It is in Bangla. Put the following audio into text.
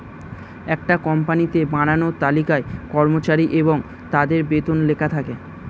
একটা কোম্পানিতে বানানো তালিকায় কর্মচারী এবং তাদের বেতন লেখা থাকে